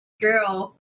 girl